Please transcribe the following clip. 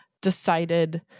decided